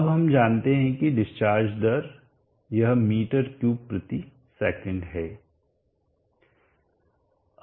अब हम जानते हैं कि डिस्चार्ज दर यह m3s है